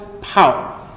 power